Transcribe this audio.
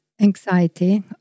anxiety